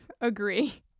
agree